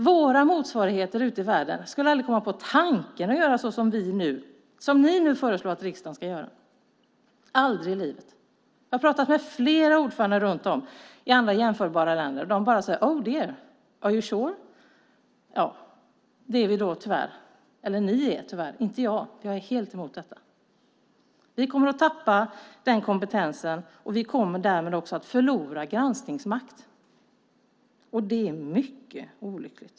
Våra motsvarigheter ute i världen skulle inte komma på tanken att göra så som ni nu föreslår att riksdagen ska göra - aldrig i livet! Jag har pratat med flera ordförande i andra länder, och de säger bara: Oh dear! Are you sure? Det är vi ju tyvärr - eller rättare sagt: Ni är det, för jag är helt emot detta. Vi kommer att tappa kompetensen, och vi kommer därmed också att förlora granskningsmakt. Och det är mycket olyckligt.